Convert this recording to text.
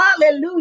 Hallelujah